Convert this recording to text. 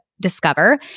DISCOVER